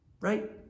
right